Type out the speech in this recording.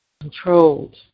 controlled